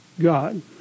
God